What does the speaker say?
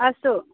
अस्तु